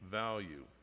value